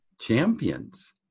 champions